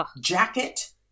jacket